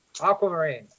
aquamarine